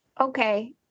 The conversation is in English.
Okay